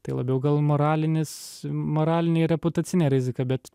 tai labiau gal moralinis moralinė ir reputacinė rizika bet